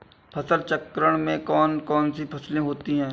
फसल चक्रण में कौन कौन सी फसलें होती हैं?